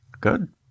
Good